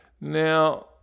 Now